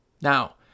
Now